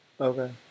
Okay